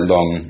Long